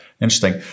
interesting